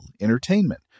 entertainment